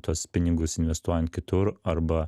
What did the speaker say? tuos pinigus investuojant kitur arba